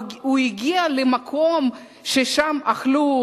הוא הגיע למקום ששם אכלו